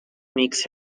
makes